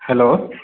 hello